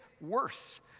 worse